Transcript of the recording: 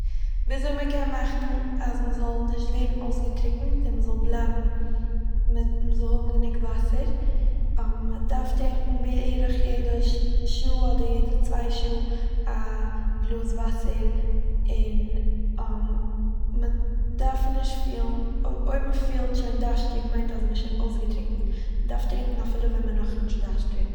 וויזוי מ'קען מאכן אז מ'זאל נישט ווערן אויסגעטריקנט און מ'זאל בלייבן מיט- מ'זאל האבן גענוג וואסער. מ'דארף טרינקן בערך יעדע ש- שעה אדער צוויי שעה א גלאז וואסער, און מ'דארף נישט פילן- אויב מ'פילט שוין דאשטירוג מיינט אז מ'איז שוין אויסגעטריקנט. מ'דארף טרינקן אפילו ווען מ'איז נאכנישט דאשטירוג.